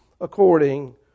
according